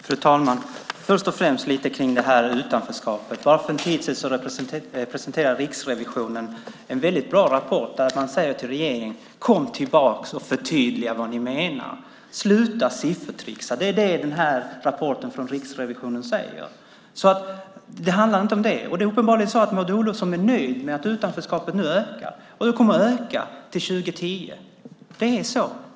Fru talman! Först och främst ska jag säga något om utanförskapet. För en tid sedan presenterade Riksrevisionen en väldigt bra rapport där man säger till regeringen: Kom tillbaka och förtydliga vad ni menar! Sluta siffertricksa! Det är vad rapporten från Riksrevisionen säger. Men det handlar inte om det. Maud Olofsson är uppenbarligen nöjd med att utanförskapet nu ökar. Och det kommer att öka till 2010. Det är så.